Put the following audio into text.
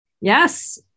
yes